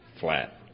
Flat